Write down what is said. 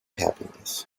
happiness